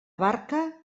barca